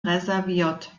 reserviert